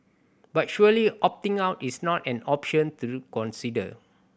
but surely opting out is not an option through consider